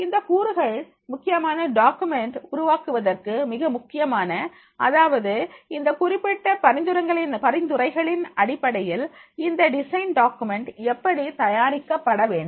இந்தக் கூறுகள் முக்கியமான டாக்குமென்ட் உருவாக்குவதற்கு மிக முக்கியம் அதாவது இந்த குறிப்பிட்ட பரிந்துரைகளின் அடிப்படையில் இந்த டிசைன் டாக்குமெண்ட் எப்படி தயாரிக்கப்பட வேண்டும்